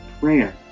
prayer